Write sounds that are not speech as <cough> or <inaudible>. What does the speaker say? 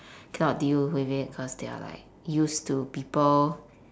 <breath> cannot deal with it they're like used to people